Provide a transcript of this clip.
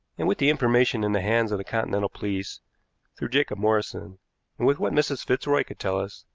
and, with the information in the hands of the continental police through jacob morrison, and with what mrs. fitzroy could tell us,